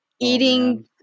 Eating